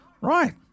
Right